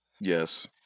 Yes